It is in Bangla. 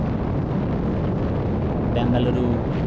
বেঙ্গালুরু